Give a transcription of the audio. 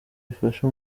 ifashe